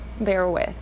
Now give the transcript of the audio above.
therewith